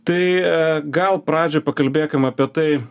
tai gal pradžiai pakalbėkim apie tai